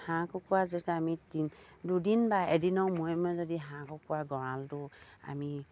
হাঁহ কুকুৰাৰ যতে আমি দুদিন বা এদিনৰ মুৰে মুৰে যদি হাঁহ কুকুৰাৰ গঁৰালটো আমি